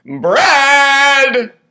Bread